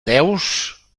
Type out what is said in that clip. déus